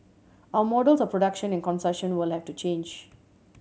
our models of production and consumption will have to change